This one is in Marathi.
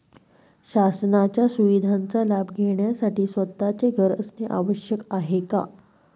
शासनाच्या सुविधांचा लाभ घेण्यासाठी स्वतःचे घर असणे आवश्यक आहे का?